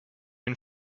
and